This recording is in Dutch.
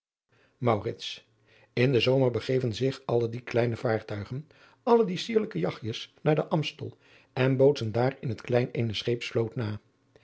in den zomer begeven zich alle die kleine vaartuigen alle die sierlijke jagtjes naar den amstel en bootsen daar in het klein eene scheepsvloot na